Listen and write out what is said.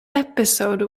episode